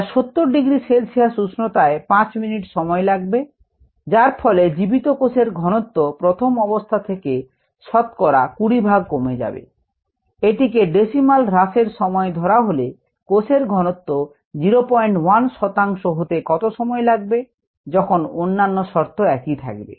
যা 70 degree Celsius উষ্ণতায় 5 minute সময় লাগবে যার ফলে জীবিত কোষ এর ঘনত্ব প্রথম অবস্থা থেকে শতকরা 20 ভাগ কমে যাবে এটিকে decimal হ্রাসএর সময় ধরা হলে কোষের ঘনত্ব 01 শতাংশ হতে কত সময় লাগবে যখন অন্যান্য শর্ত একই থাকবে